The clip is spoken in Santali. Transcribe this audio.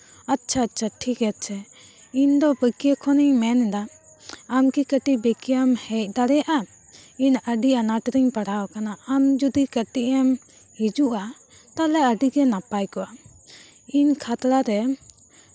ᱟᱪᱪᱷᱟ ᱟᱪᱪᱷᱟ ᱴᱷᱤᱠ ᱟᱪᱷᱮ ᱤᱧ ᱫᱚ ᱯᱟᱹᱠᱭᱟᱹ ᱠᱷᱚᱱᱤᱧ ᱢᱮᱱᱫᱟ ᱟᱢ ᱠᱤ ᱠᱟᱹᱴᱤᱡ ᱵᱮᱠᱮᱭᱟᱢ ᱦᱮᱡ ᱫᱟᱲᱮᱭᱟᱜᱼᱟ ᱤᱧ ᱟᱹᱰᱤ ᱟᱱᱟᱴ ᱨᱤᱧ ᱯᱟᱲᱟᱣ ᱠᱟᱱᱟ ᱟᱢ ᱡᱩᱫᱤ ᱠᱟᱹᱴᱤᱡ ᱮᱢ ᱦᱤᱡᱩᱜᱼᱟ ᱛᱟᱦᱚᱞᱮ ᱟᱹᱰᱤᱜᱮ ᱱᱟᱯᱟᱭ ᱠᱚᱜᱼᱟ ᱤᱧ ᱠᱷᱟᱛᱲᱟᱨᱮ